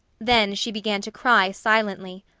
then she began to cry silently.